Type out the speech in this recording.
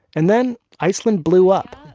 and then iceland blew up,